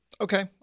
Okay